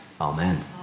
Amen